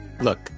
look